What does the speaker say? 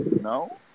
No